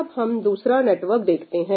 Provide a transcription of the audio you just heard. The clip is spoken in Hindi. अब हम दूसरा नेटवर्क देखते हैं